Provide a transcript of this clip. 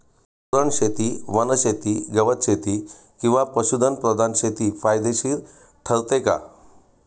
कुरणशेती, वनशेती, गवतशेती किंवा पशुधन प्रधान शेती फायदेशीर ठरते का?